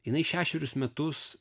jinai šešerius metus